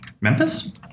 Memphis